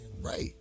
Right